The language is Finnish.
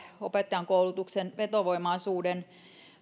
opettajankoulutuksen vetovoimaisuuden